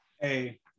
hey